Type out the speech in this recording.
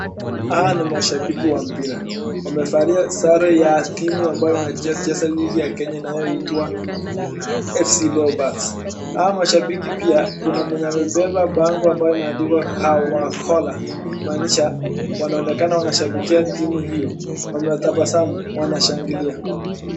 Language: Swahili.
Hawa ni mashabiki wa mpira, wamevalia sare ya timu ambayo inayocheza rigi ya Kenya inayoitwa fc leopards hawa mashabiki pia kuna mwenye ammebeba bango amabyo imeandikwa khwakhola , kumaanisha wanaonekana wakishabikia timu hiyo, wametabasamu, wanashangilia.